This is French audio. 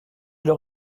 leur